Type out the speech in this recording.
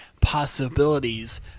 possibilities